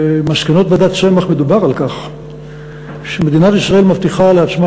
במסקנות ועדת צמח מדובר על כך שמדינת ישראל מבטיחה לעצמה